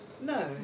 no